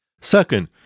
Second